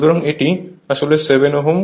সুতরাং এটি আসলে Z Ω